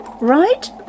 right